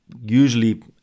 usually